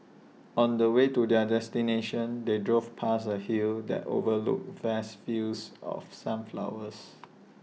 on the way to their destination they drove past A hill that overlooked vast fields of sunflowers